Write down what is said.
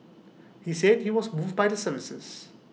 he said he was moved by the services